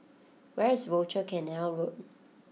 where is Rochor Canal Road